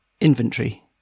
Inventory